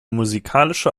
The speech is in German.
musikalische